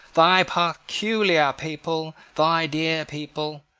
thy peculiar people, thy dear people.